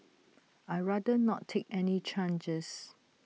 I'd rather not take any charges